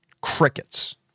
Crickets